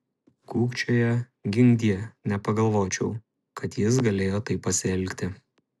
kukčioja ginkdie nepagalvočiau kad jis galėjo taip pasielgti